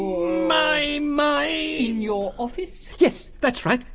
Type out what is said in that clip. my, my, in your office? yes, that's right,